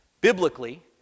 biblically